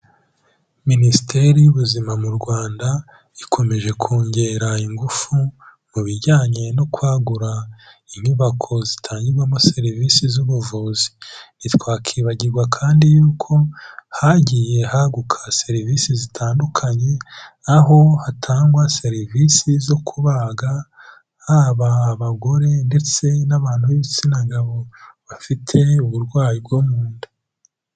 Minisiteri y'ubuzima mu Rwanda ikomeje kongera ingufu mu bijyanye no kwagura inyubako zitangirwamo serivisi z'ubuvuzi. Ntitwakwibagirwa kandi y'uko hagiye haguka serivisi zitandukanye, aho hatangwa serivisi zo kubaga haba abagore ndetse n'abantu b'igitsina gabo bafite uburwayi bwo mu nda.